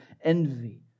envy